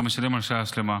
אתה כבר משלם על שעה שלמה.